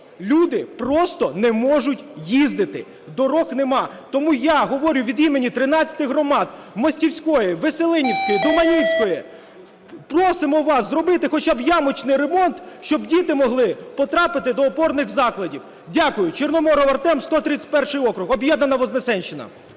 люди просто не можуть їздити, доріг немає. Тому я говорю від імені 13 громад: Мостівської, Веселинівської, Доманівської… Просимо вас зробити хоча б ямочный ремонт, щоб діти могли потрапити до опорних закладів. Дякую. Чорноморов Артем, 131 округ, об'єднана Вознесенщина.